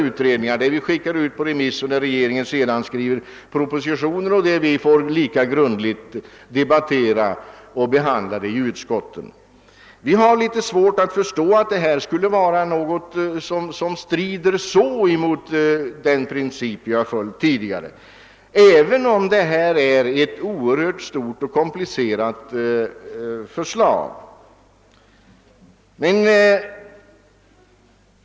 Vi gör utredningar, vi sänder ut förslagen på remiss, regeringen skriver propositioner och sedan får vi grundligt behandla materialet i utskotten. Jag har svårt att förstå att tillvägagångssättet i detta fall skulle strida så kraftigt mot de principer som tidigare tillämpats, även om det gäller ett mycket stort och komplicerat förslag.